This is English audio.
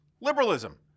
Liberalism